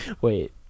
Wait